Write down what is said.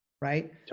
right